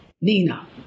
Nina